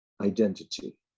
identity